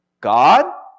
God